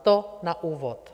To na úvod.